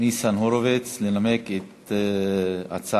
ניצן הורוביץ לנמק את הצעת